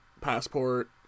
Passport